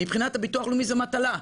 מבחינת הביטוח הלאומי זה מטלה,